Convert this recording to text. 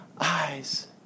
eyes